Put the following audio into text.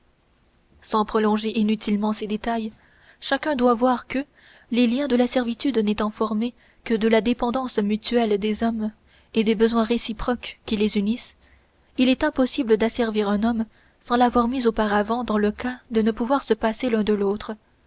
sans prolonger inutilement ces détails chacun doit voir que les liens de la servitude n'étant formés que de la dépendance mutuelle des hommes et des besoins réciproques qui les unissent il est impossible d'asservir un homme sans l'avoir mis auparavant dans le cas de ne pouvoir se passer d'un autre